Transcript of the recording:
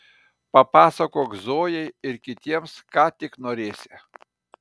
papasakok zojai ir kitiems ką tik norėsi